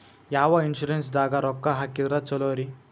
ಯಾವ ಇನ್ಶೂರೆನ್ಸ್ ದಾಗ ರೊಕ್ಕ ಹಾಕಿದ್ರ ಛಲೋರಿ?